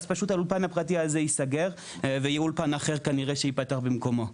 אז האולפן הפרטי הזה ייסגר ויהיה כנראה אולפן אחר שייפתח במקומו.